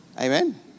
Amen